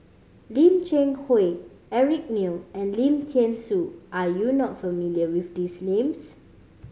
Lim Cheng Hoe Eric Neo and Lim Thean Soo are you not familiar with these names